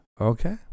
Okay